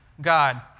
God